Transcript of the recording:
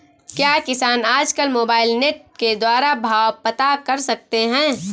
क्या किसान आज कल मोबाइल नेट के द्वारा भाव पता कर सकते हैं?